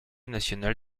national